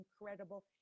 incredible